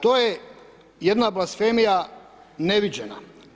To je jedna blasfemija neviđena.